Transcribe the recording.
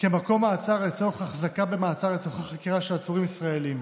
כמקום מעצר לצורך החזקה במעצר לצורכי חקירה של עצורים ישראלים.